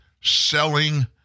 selling